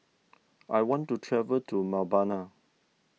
I want to travel to Mbabana